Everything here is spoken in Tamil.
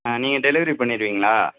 ஆ நீங்கள் டெலிவரி பண்ணிடுவீங்களா